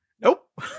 Nope